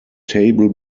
table